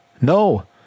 No